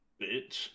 bitch